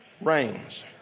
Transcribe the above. reigns